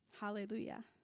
Hallelujah